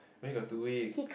only got two weeks